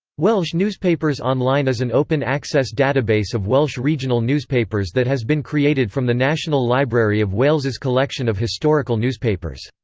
welsh newspapers online is an open access database of welsh regional newspapers that has been created from the national library of wales' collection of historical newspapers.